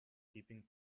keeping